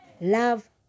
Love